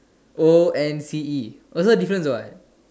o N C E also difference what